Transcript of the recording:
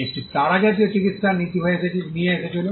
একটি তারা জাতীয় চিকিত্সার নীতি নিয়ে এসেছিল